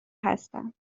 هستند